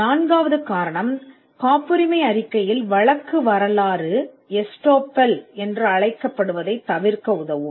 4 வது காரணம் காப்புரிமை அறிக்கை என்பது வழக்கு வரலாறு எஸ்தோப்பல் என்று அழைக்கப்படுவதைத் தவிர்க்க உதவும்